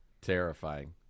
terrifying